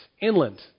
inland